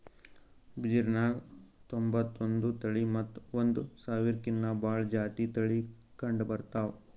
ಬಿದಿರ್ನ್ಯಾಗ್ ತೊಂಬತ್ತೊಂದು ತಳಿ ಮತ್ತ್ ಒಂದ್ ಸಾವಿರ್ಕಿನ್ನಾ ಭಾಳ್ ಜಾತಿ ತಳಿ ಕಂಡಬರ್ತವ್